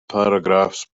paragraphs